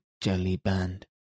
Jellyband